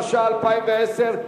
התש"ע 2010,